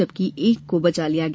जबकि एक को बचा लिया गया